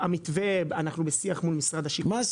אנחנו בשיח מול משרד השיכון על המתווה.